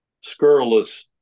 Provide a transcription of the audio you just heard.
scurrilous